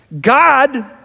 God